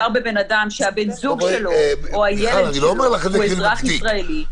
ברגע שמדובר בבן אדם שהבן זוג שלו או הילד שלו הוא אזרח ישראלי,